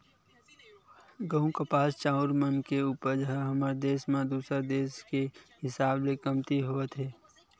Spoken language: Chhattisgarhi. गहूँ, कपास, चाँउर मन के उपज ह हमर देस म दूसर देस के हिसाब ले कमती होवत हे